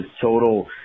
total